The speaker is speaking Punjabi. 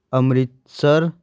ਅੰਮ੍ਰਿਤਸਰ